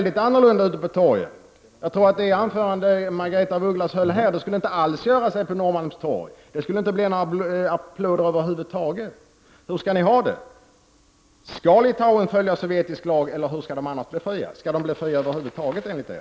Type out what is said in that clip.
Det anförande som Margaretha af Ugglas höll här skulle inte alls göra sig på Norrmalmstorg. Det skulle inte bli några applåder över huvud taget. Hur skall ni ha det? Skall Litauen följa sovjetisk lag, eller hur skall landet annars befrias? Skall landet befrias över huvud taget enligt er?